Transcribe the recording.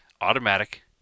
Automatic